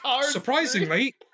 Surprisingly